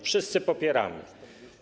Wszyscy to popieramy.